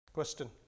Question